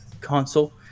console